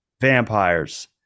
vampires